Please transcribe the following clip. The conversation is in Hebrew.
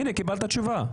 הנה, קיבלת תשובה.